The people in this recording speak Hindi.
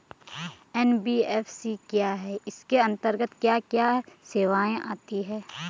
एन.बी.एफ.सी क्या है इसके अंतर्गत क्या क्या सेवाएँ आती हैं?